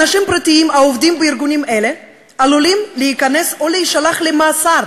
אנשים פרטיים העובדים בארגונים אלה עלולים להיכנס או להישלח למאסר